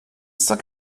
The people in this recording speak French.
cent